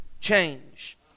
change